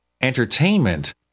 entertainment